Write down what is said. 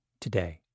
today